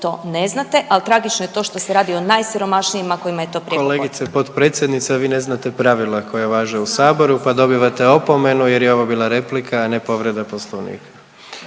to ne znate, al tragično je to što se radi o najsiromašnijima kojima je to prijeko potrebno. **Jandroković, Gordan (HDZ)** Kolegice potpredsjednice, a vi ne znate pravila koja važe u sabornici pa dobivate opomenu jer je ovo bila replika, a ne povreda Poslovnika.